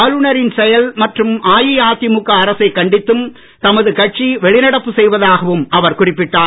ஆளுநரின் செயல் மற்றும் அஇஅதிமுக அரசை கண்டித்தும் தமது கட்சி வெளிநடப்பு செய்வதாகவும் அவர் குறிப்பிட்டார்